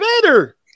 better